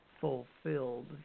fulfilled